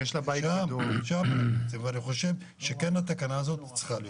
אני חושב שכן התקנה הזאת צריכה להיות.